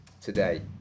today